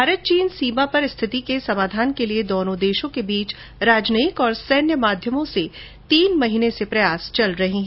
भारत चीन सीमा पर स्थिति के समाधान के लिए दोनों देशों के बीच राजनयिक और सैन्य माध्यमों से तीन महीने से प्रयास चल रहे हैं